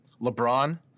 LeBron